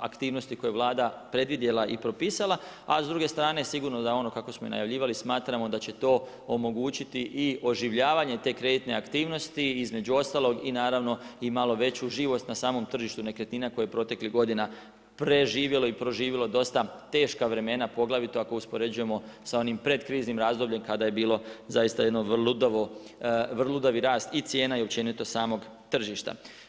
aktivnosti koje je Vlada predvidjela i propisala, a s druge strane sigurno da ono kako smo i najavljivali, smatramo da će to omogućiti i oživljavanje te kreditne aktivnosti, između ostalog i naravno i malu veću živost na samom tržištu nekretnina koje je proteklih godina preživjelo i proživilo dosta teška vremena poglavito ako uspoređujemo sa onim pred kriznim razdobljem kada je bio vrludavi rast i cijena i općenito samog tržišta.